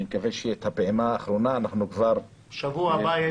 אני מקווה שאת הפעימה האחרונה אנחנו כבר --- בשבוע הבא,